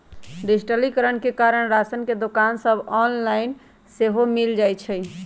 डिजिटलीकरण के कारण राशन के दोकान सभ ऑनलाइन सेहो मिल जाइ छइ